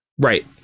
Right